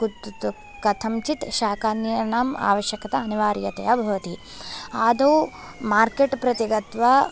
कथञ्चित् शाकानिनाम् आवश्यकता अनिवार्यता भवति आदौ मार्केट् प्रति गत्वा